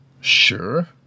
sure